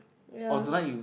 ya